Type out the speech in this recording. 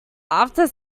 after